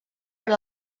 per